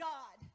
God